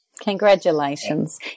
Congratulations